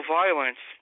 violence